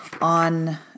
on